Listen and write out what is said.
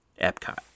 Epcot